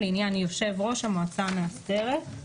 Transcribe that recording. לעניין יושב ראש המועצה המאסדרת".